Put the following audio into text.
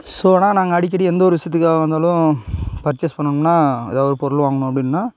so ஆனால் நாங்கள் அடிக்கடி எந்த ஒரு விஷியத்துக்காகவாக இருந்தாலும் பர்ச்சேஸ் பண்ணணும்னா ஏதா ஒரு பொருள் வாங்கணும் அப்படின்னா